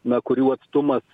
na kurių atstumas